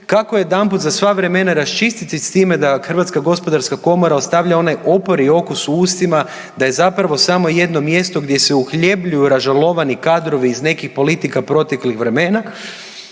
kako jedanput za sva vremena raščistiti sa time da Hrvatska gospodarska komora ostavlja onaj opori okus u ustima da je zapravo samo jedno mjesto gdje se uhljebljuju ražalovani kadrovi iz nekih politika proteklih vremena